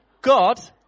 God